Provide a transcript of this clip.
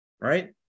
right